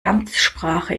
amtssprache